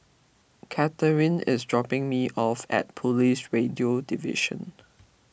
Kathrine is dropping me off at Police Radio Division